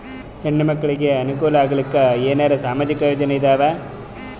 ಹೆಣ್ಣು ಮಕ್ಕಳಿಗೆ ಅನುಕೂಲ ಆಗಲಿಕ್ಕ ಏನರ ಸಾಮಾಜಿಕ ಯೋಜನೆ ಇದಾವ?